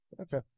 Okay